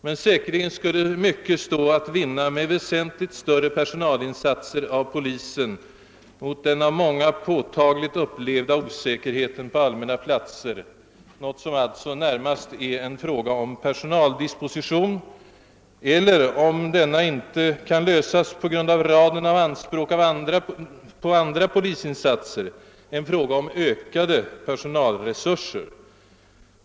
Men säkerligen skulle mycket stå att vinna med väsentligt större personalinsatser av polisen mot den av många påtagligt upplevda osäkerheten på allmänna platser, något som närmast är en fråga om personaldisposition eller — om denna fråga inte kan lösas på grund av raden av anspråk på andra polisinsatser — en fråga om ökade personalresurser.